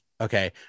Okay